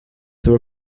there